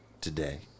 today